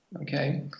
Okay